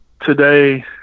today